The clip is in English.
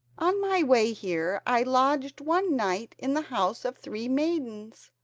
on my way here i lodged one night in the house of three maidens.